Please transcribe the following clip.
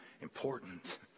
important